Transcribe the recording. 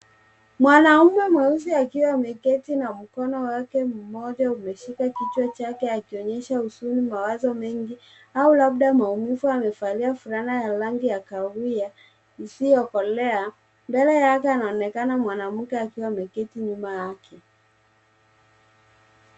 Mwanamume mweusi akiwa ameketi na mkono wake mmoja umeshika kichwa chake, akionyesha huzuni, mawazo mengi, au labda maumivu. Amevalia fulana ya rangi ya kahawia isiyokolea. Mbele yake anaonekana mwanamke akiwa ameketi nyuma yake.